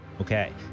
Okay